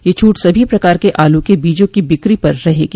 यह छूट सभो प्रकार के आलू के बीजों की बिक्री पर रहेगी